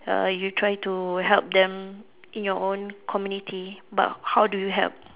err you try to help them in your own community but how do you help